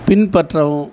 பின்பற்றவும்